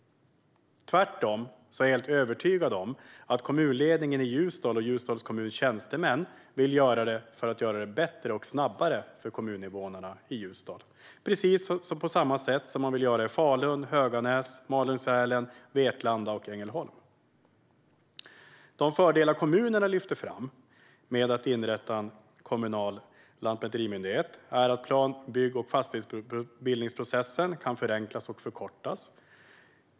Tvärtom är jag helt övertygad om att kommunledningen i Ljusdal och Ljusdals kommuns tjänstemän vill göra det för att det ska bli bättre och gå snabbare för kommuninvånarna i Ljusdal. Det är precis på samma sätt som man vill göra i Falun, Höganäs, Malung-Sälen, Vetlanda och Ängelholm. De fördelar med att inrätta kommunala lantmäterimyndigheter, som kommunerna lyfter fram, är att plan-, bygg och fastighetsbildningsprocessen kan förenklas och förkortas.